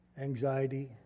anxiety